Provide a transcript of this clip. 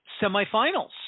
semifinals